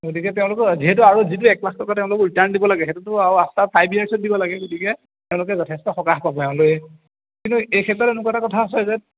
গতিকে তেওঁলোকৰ যিহেতু আৰু যিটো এক লাখ টকা তেওঁলোক ৰিটাৰ্ণ দিব লাগে সেইটো আৰু আফ্টা ফাইভ ইয়াৰ্ছত দিব লাগে গতিকে তেওঁলোকে যথেষ্ট সকাহ পাব তেওঁলোকে কিন্তু এই ক্ষেত্ৰত এনেকুৱা এটা কথা আছে যে